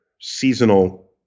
seasonal